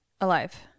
Alive